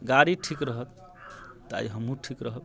गाड़ी ठीक रहत तऽ आइ हमहूँ ठीक रहब